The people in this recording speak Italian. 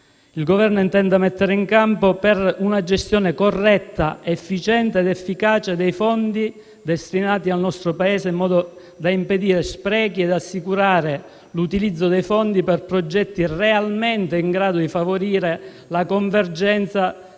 il Governo intenda mettere in campo per una gestione corretta, efficiente ed efficace dei fondi destinati al nostro Paese, in modo da impedire sprechi ed assicurare l'utilizzo degli stessi per progetti realmente in grado di favorire la convergenza